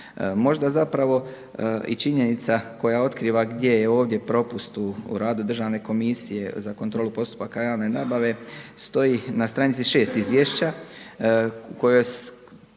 Možda zapravo i činjenica koja otkriva i gdje je ovdje propust u radu Državne komisije za kontrolu postupaka javne nabave stoji na stranici 6 Izvješća u kojoj se